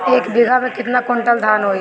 एक बीगहा में केतना कुंटल धान होई?